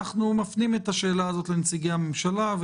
מפנים את השאלה הזאת לנציגי הממשלה,